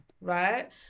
Right